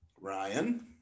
Ryan